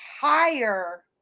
higher